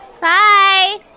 bye